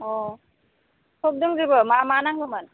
अ सब दंजोबो मा मा नांगोमोन